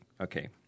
Okay